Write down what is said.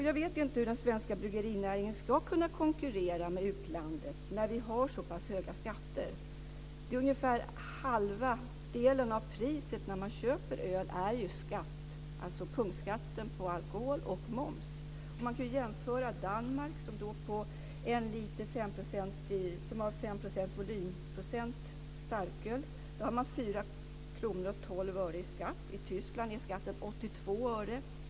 Jag vet inte hur den svenska bryggerinäringen ska kunna konkurrera med utlandet när vi har så pass höga skatter. Ungefär halva priset på den öl man köper utgörs av skatt, alltså punktskatten på alkohol och moms. Man kan jämföra med Danmark, där man har 5 volymprocent på starköl, som har 4:12 kr i skatt. I Tyskland är skatten 82 öre.